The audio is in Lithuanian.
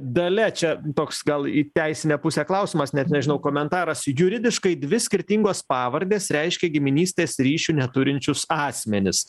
dalia čia toks gal į teisinę pusę klausimas net nežinau komentaras juridiškai dvi skirtingos pavardės reiškia giminystės ryšių neturinčius asmenis